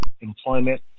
employment